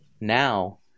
now